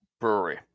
Brewery